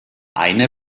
eine